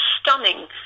stunning